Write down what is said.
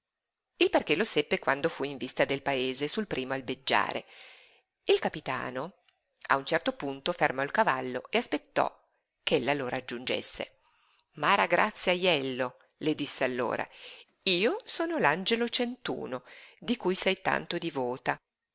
il perché lo seppe quando fu in vista del paese sul primo albeggiare il capitano a un certo punto fermò il cavallo e aspettò ch'ella lo raggiungesse maragrazia ajello le disse allora io sono l'angelo centuno di cui sei tanto divota